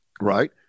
right